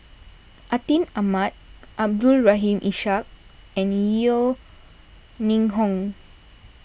Atin Amat Abdul Rahim Ishak and Yeo Ning Hong